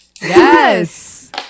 yes